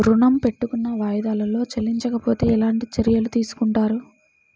ఋణము పెట్టుకున్న వాయిదాలలో చెల్లించకపోతే ఎలాంటి చర్యలు తీసుకుంటారు?